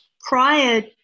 prior